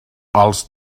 els